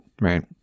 Right